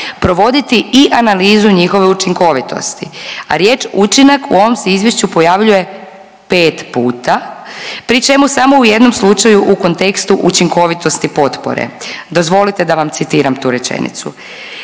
provoditi i analizu njihove učinkovitosti, a riječ učinak u ovom se Izvješću pojavljuje 5 puta, pri čemu samo u jednom slučaju u kontekstu učinkovitosti potpore. Dozvolite da vam citiram tu rečenicu,